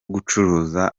gucuruza